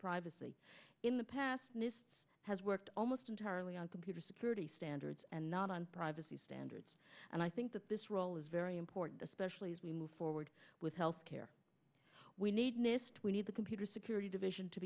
privacy in the past mists has worked almost entirely on computer security standards and not on privacy standards and i think that this role is very important especially as we move forward with healthcare we need nist we need the computer security division to